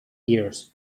years